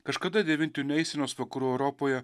kažkada devintinių eisenos vakarų europoje